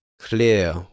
clear